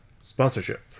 sponsorship